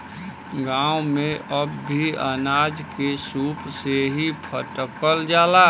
गांव में अब भी अनाज के सूप से ही फटकल जाला